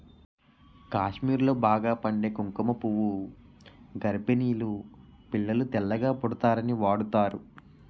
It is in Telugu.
కాశ్మీర్లో బాగా పండే కుంకుమ పువ్వు గర్భిణీలు పిల్లలు తెల్లగా పుడతారని వాడుతారు